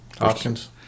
Options